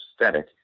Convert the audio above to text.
aesthetic